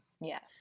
Yes